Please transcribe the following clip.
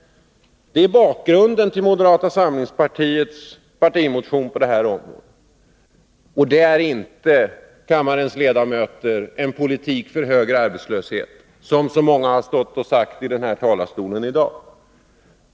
Det är bakgrunden till moderata samlingspartiets partimotion. Det är inte, kammarledamöter, en politik för högre arbetslöshet, som så många har sagt i talarstolen i dag.